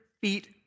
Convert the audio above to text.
feet